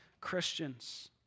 Christians